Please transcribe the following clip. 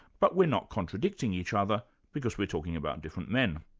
but we're not contradicting each other because we're talking about different men.